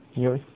你有